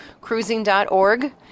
cruising.org